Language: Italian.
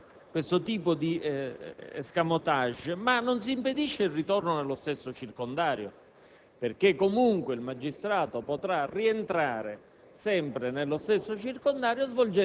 subemendamento, si impedisce questo tipo di *escamotage*, ma non si impedisce il ritorno nello stesso circondario